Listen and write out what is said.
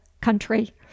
country